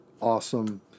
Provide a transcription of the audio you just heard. awesome